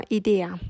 idea